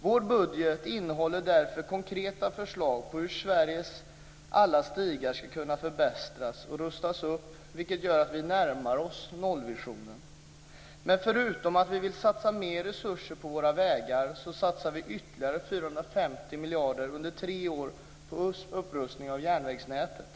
Vår budget innehåller därför konkreta förslag på hur Sveriges alla stigar ska kunna förbättras och rustas upp, vilket gör att vi närmar oss nollvisionen. Förutom att vi vill satsa mer resurser på våra vägar satsar vi ytterligare 450 miljoner under tre år på upprustning av järnvägsnätet.